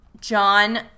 John